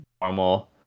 normal